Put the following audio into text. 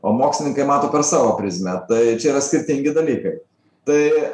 o mokslininkai mato per savo prizmę tai čia yra skirtingi dalykai tai